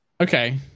Okay